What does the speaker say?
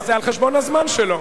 זה על חשבון הזמן שלו.